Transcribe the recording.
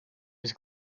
was